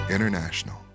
International